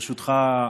ברשותך,